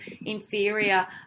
inferior